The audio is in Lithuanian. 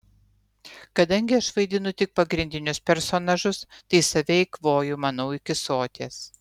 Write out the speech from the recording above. kadangi aš vaidinu tik pagrindinius personažus tai save eikvoju manau iki soties